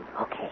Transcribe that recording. Okay